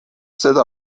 seda